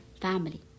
family